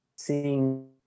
seeing